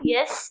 Yes